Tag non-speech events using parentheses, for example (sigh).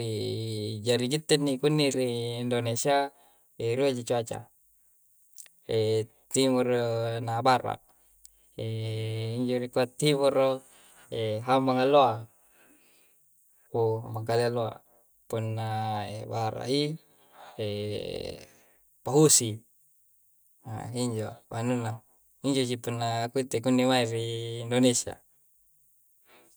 (hesitation) jari gitte ini kunni ri indonesia, e rua ji cuaca, (hesitation) timoro na bara'. (hesitation) injo rikua timoro', e hambang alloa. Boh hambang kalea alloa. Punna bara'i, (hesitation) pahosi. Ah injo anunna. Injo ji punna kuittei kunni mae ri indonesia.